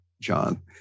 John